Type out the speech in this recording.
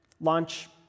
Launch